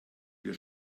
wir